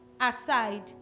aside